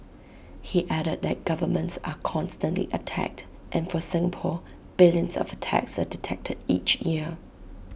he added that governments are constantly attacked and for Singapore billions of attacks are detected each year